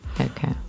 okay